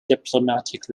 diplomatic